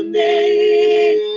name